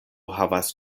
havas